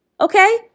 Okay